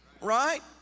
Right